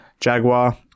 jaguar-